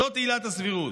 זאת עילת הסבירות.